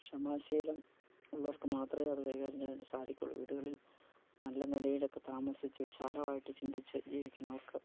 ക്ഷമാശീലം ഉള്ളവർക്ക് മാത്രമേ അത് കൈകാര്യം ചെയ്യാനായിട്ട് സാധിക്കുകയുള്ളു വീടുകളിൽ നല്ല നിലയിലൊക്കെ താമസിച്ചു വിശാലമായിട്ട് ചിന്തിച്ചു ജീവിക്കുന്നവർക്ക്